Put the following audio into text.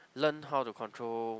learn how to control